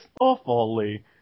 awfully